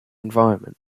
environment